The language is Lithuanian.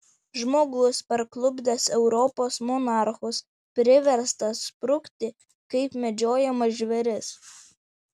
žmogus parklupdęs europos monarchus priverstas sprukti kaip medžiojamas žvėris